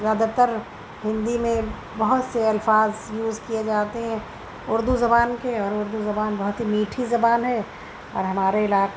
زیادہ تر ہندی میں بہت سے الفاظ یوز کیے جاتے ہیں اردو زبان کے اور اردو زبان بہت ہی میٹھی زبان ہے اور ہمارے علاقے